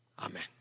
amen